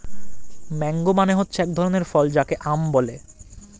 mango মানে হচ্ছে এক ধরনের ফল যাকে আম বলে